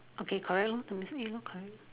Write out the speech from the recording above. okay correct lor from this aim correct